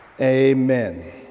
Amen